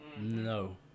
No